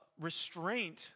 restraint